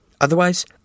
Otherwise